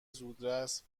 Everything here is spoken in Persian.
زودرس